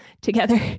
together